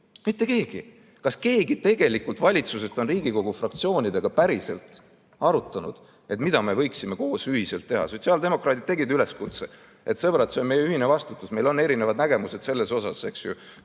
Mitte keegi! Kas keegi valitsusest on Riigikogu fraktsioonidega päriselt arutanud, mida me võiksime koos ühiselt teha? Sotsiaaldemokraadid tegid üleskutse: sõbrad, see on meie ühine vastutus, meil on erinevad nägemused sellest, ka